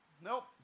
nope